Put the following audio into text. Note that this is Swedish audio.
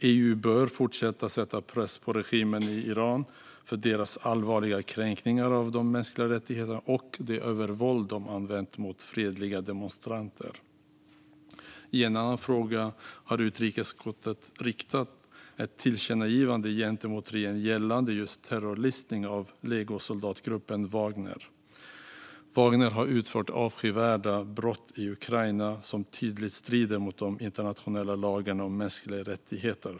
EU bör fortsätta att sätta press på regimen i Iran för deras allvarliga kränkningar av de mänskliga rättigheterna och för det övervåld som de använt mot fredliga demonstranter. I en annan fråga har utrikesutskottet riktat ett tillkännagivande till regeringen gällande just terrorlistning av legosoldatgruppen Wagner. Wagner har utfört avskyvärda brott i Ukraina som tydligt strider mot de internationella lagarna om mänskliga rättigheter.